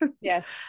Yes